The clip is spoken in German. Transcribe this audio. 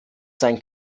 sein